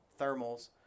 thermals